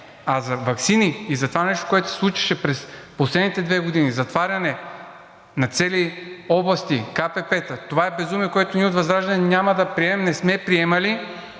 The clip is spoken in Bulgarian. А за ваксини и за това нещо, което се случваше през последните две години – затваряне на цели области, КПП-та, това е безумие, което ние от ВЪЗРАЖДАНЕ няма да приемем, не сме приемали.